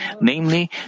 Namely